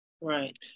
Right